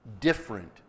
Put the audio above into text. different